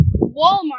Walmart